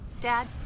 Dad